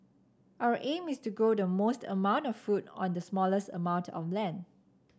our aim is to grow the most amount of food on the smallest amount of land